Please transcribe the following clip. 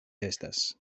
estas